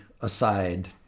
aside